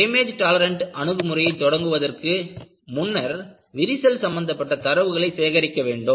damage tolerant அணுகுமுறையை தொடங்குவதற்கு முன்னர் விரிசல் சம்பந்தப்பட்ட தரவுகளை சேகரிக்க வேண்டும்